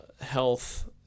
health